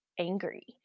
angry